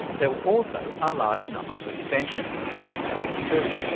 there were also a large number of abstentions twenty two.